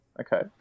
okay